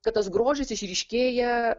kad tas grožis išryškėja